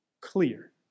clear